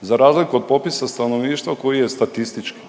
za razliku od popisa stanovništva koji je statistički.